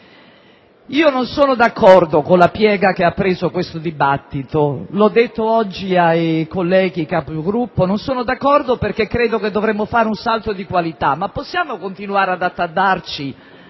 non sono d'accordo con la piega che ha preso questo dibattito, come ho detto oggi ai colleghi Capigruppo; non sono d'accordo perché credo che sia necessario un salto di qualità. Non possiamo continuare ad attardarci